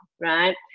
right